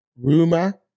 rumor